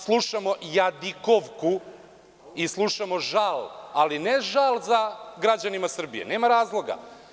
Slušamo jadikovku i slušamo žal, ali ne žal za građanima Srbije, nema razloga.